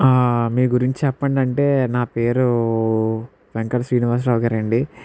ఆ మీ గురించి చెప్పండంటే నా పేరు వెంకట శ్రీనివాసరావు గారండీ